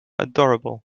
adorable